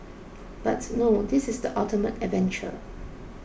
but no this is the ultimate adventure